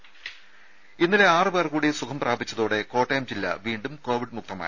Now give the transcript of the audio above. രുദ ഇന്നലെ ആറു പേർ കൂടി സുഖം പ്രാപിച്ചതോടെ കോട്ടയം ജില്ല വീണ്ടും കോവിഡ് മുക്തമായി